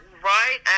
Right